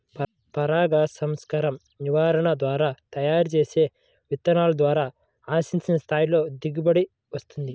పరాగసంపర్క నిర్వహణ ద్వారా తయారు చేసిన విత్తనాల ద్వారా ఆశించిన స్థాయిలో దిగుబడి వస్తుంది